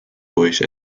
voice